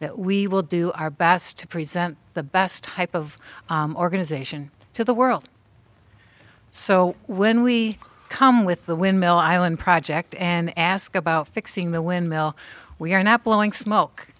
that we will do our best to present the best type of organization to the world so when we come with the windmill island project and ask about fixing the windmill we are not blowing smoke